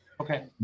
Okay